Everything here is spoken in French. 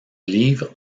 livre